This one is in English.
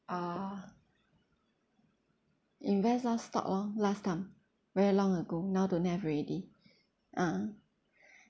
ah invest loh stock loh last time very long ago now don't have already ah